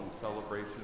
celebration